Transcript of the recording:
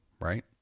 right